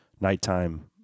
nighttime